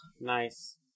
nice